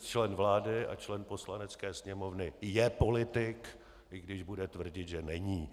Člen vlády a člen Poslanecké sněmovny je politik, i když bude tvrdit, že není.